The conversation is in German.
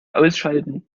ausschalten